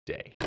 Day